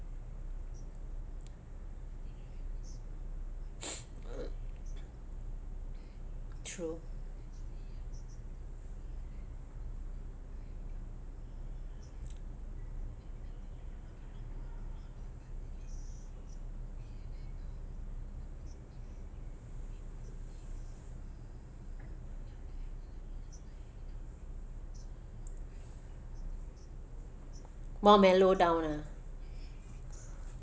more mellow down ah